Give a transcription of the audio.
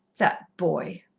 that boy!